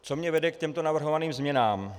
Co mě vede k těmto navrhovaným změnám?